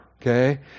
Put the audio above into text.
okay